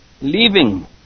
leaving